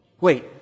Wait